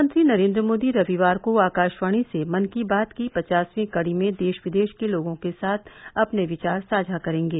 प्रधानमंत्री नरेन्द्र मोदी रविवार को आकाशवाणी से मन की बात की पचासवीं कड़ी में देश विदेश के लोगों के साथ अपने विचार साझा करेंगे